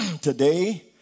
today